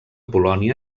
polònia